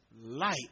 light